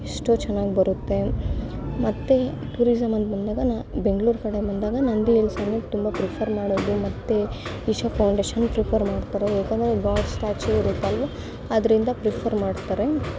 ಎಷ್ಟೋ ಚೆನ್ನಾಗಿ ಬರುತ್ತೆ ಮತ್ತೆ ಟೂರಿಸಮ್ ಅಂತ ಬಂದಾಗ ನಾ ಬೆಂಗ್ಳೂರು ಕಡೆ ಬಂದಾಗ ನಂದಿ ಹಿಲ್ಸನ್ನೇ ತುಂಬ ಪ್ರಿಫರ್ ಮಾಡೋದು ಮತ್ತು ಇಶಾ ಫೌಂಡೇಶನ್ ಪ್ರಿಫರ್ ಮಾಡ್ತಾರೆ ಏಕಂದ್ರೆ ಅಲ್ಲಿ ಗಾಡ್ ಸ್ಟ್ಯಾಚು ಇರುತ್ತಲ್ವಾ ಅದರಿಂದ ಪ್ರಿಫರ್ ಮಾಡ್ತಾರೆ